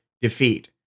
defeat